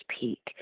peak